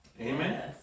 amen